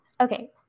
okay